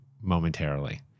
momentarily